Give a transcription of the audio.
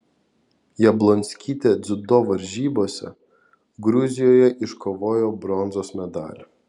jablonskytė dziudo varžybose gruzijoje iškovojo bronzos medalį